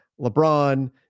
LeBron